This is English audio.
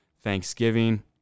Thanksgiving